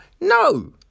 no